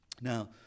Now